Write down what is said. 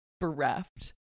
bereft